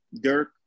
Dirk